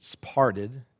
parted